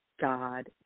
God